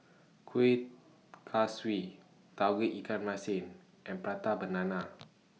Kueh Kaswi Tauge Ikan Masin and Prata Banana